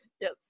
Yes